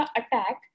attack